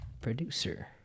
Producer